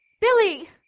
Billy